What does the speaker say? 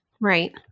Right